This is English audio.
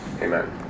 Amen